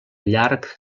llarg